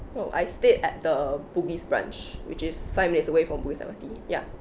oh I stayed at the bugis branch which is five minutes away from bugis M_R_T ya